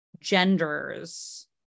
genders